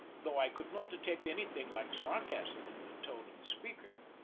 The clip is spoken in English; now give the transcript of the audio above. though i could not detect anything like sarcasm in the tone of the speaker.